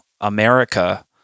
America